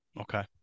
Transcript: Okay